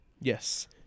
Yes